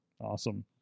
Awesome